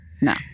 No